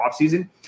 offseason